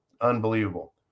Unbelievable